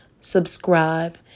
subscribe